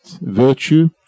virtue